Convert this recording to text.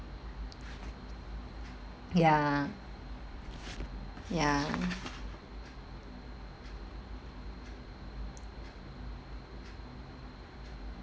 ya ya